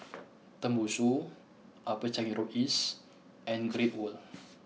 Tembusu Upper Changi Road East and Great World